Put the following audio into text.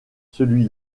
celui